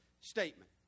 statement